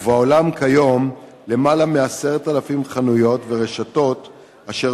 ובעולם כיום יש למעלה מ-10,000 חנויות ורשתות אשר